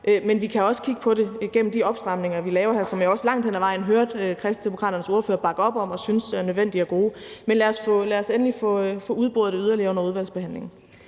Men vi kan også kigge på det gennem de opstramninger, vi laver her, som jeg også hørte Kristendemokraternes ordfører langt hen ad vejen bakke op om og give udtryk for er nødvendige og gode. Med lad os endelig få det udboret yderligere under udvalgsbehandlingen.